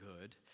good